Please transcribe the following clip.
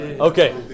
Okay